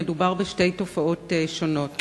מדובר בשתי תופעות שונות.